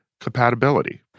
compatibility